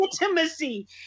intimacy